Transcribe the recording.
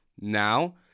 Now